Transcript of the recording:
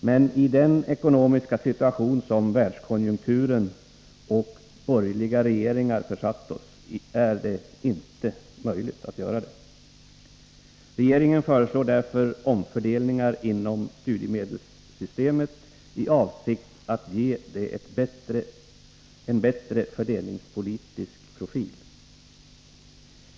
Men i den ekonomiska situation som världskonjunkturen och borgerliga regeringar försatt oss i är det inte möjligt att göra det. Regeringen föreslår därför omfördelningar inom studiemedelssystemet, i avsikt att ge systemet en bättre fördelningspolitisk profil.